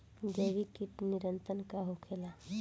जैविक कीट नियंत्रण का होखेला?